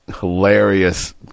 hilarious